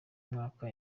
mwaka